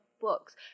books